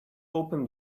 open